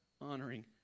honoring